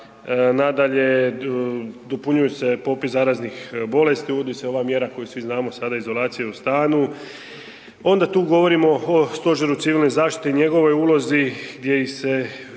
Nadalje, dopunjuju se popis zaraznih bolesti, uvodi se ova mjera koju svi znamo sada izolacije u stanu, onda tu govorimo o Stožeru civilne zaštite i njegovoj ulozi gdje ih se